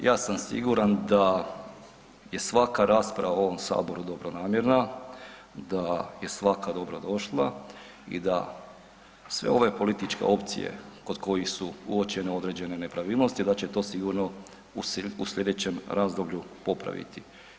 Uvaženi kolega, ja sam siguran da je svaka rasprava u ovom Saboru dobronamjerna, da je svaka dobrodošla i da sve ove političke opcije kod kojih su uočene određene nepravilnosti, da će to sigurno u slijedećem razdoblju popraviti.